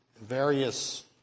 various